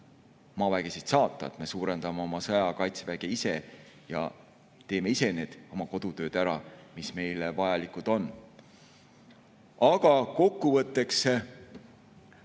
maavägesid saata. Me suurendame oma sõjaaja kaitseväge ise ja teeme ise need oma kodutööd ära, mis meile vajalikud on. Aga kokkuvõtteks,